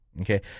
Okay